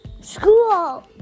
school